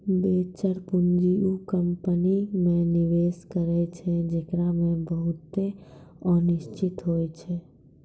venture पूंजी उ company मे निवेश करै छै जेकरा मे बहुते अनिश्चिता होय छै